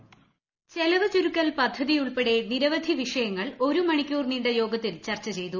voice ചെലവ് ചുരുക്കൽ പദ്ധതിയുൾപ്പെടെ നിരവധി വിഷയങ്ങൾ ഒരു മണിക്കൂർ നീണ്ട യോഗത്തിൽ ്ചർച്ച ചെയ്തു